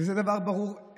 זה דבר ברור,